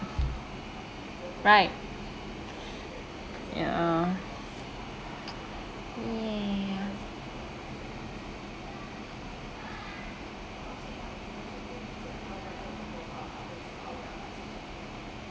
right ya yeah